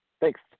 thanks